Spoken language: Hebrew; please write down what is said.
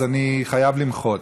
אז אני חייב למחות.